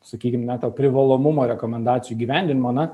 sakykim na to privalomumo rekomendacijų įgyvendinimo na